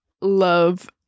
love